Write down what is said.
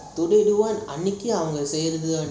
today want அன்னிக்கி அவங்க செய்றது:aniki avanga seirathu